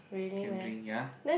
can drink ya